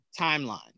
timeline